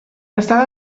està